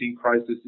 crisis